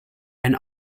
ein